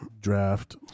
Draft